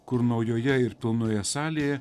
kur naujoje ir pilnoje salėje